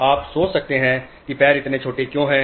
आप सोच सकते हैं कि पैर इतने छोटे क्यों हैं